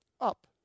up